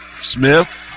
Smith